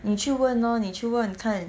你去问 orh 你去问看